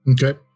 Okay